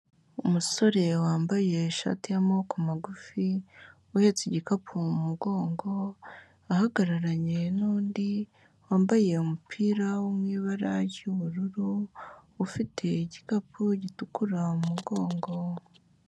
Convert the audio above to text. Umusore wambaye ishati y'amaboko magufi uhetse igikapu mu mugongo, ahagararanye n'undi wambaye umupira wo mu ibara ry'ubururu ufite igikapu gitukura mu mugongo.